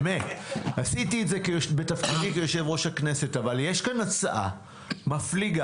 עשיתי את זה בתפקידי כיושב-ראש הכנסת אבל יש כאן הצעה מפליגה.